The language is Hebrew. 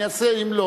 אם לא,